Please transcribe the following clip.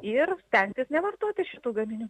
ir stengtis nevartoti šitų gaminių